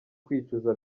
kwicuza